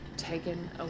taken